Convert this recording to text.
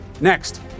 Next